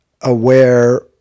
aware